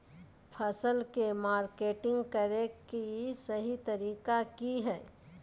फसल के मार्केटिंग करें कि सही तरीका की हय?